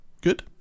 Good